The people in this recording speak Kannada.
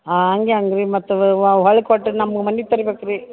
ಹಾಂ ಹಂಗೆ ಹೆಂಗೆ ರೀ ಮತ್ತದು ಹೊಳ್ಳಿ ಕೊಟ್ಟದ್ದು ನಮ್ಗೆ ಮನಿಗೆ ತರಬೇಕ್ರಿ